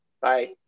Bye